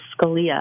Scalia